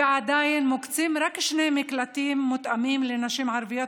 ועדיין מוקצים רק שני מקלטים מותאמים לנשים ערביות